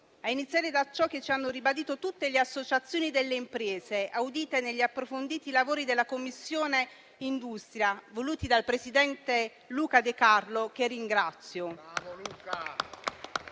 ad iniziare da ciò che ci hanno ribadito tutte le associazioni delle imprese audite negli approfonditi lavori della Commissione industria, voluti dal presidente Luca De Carlo, che ringrazio.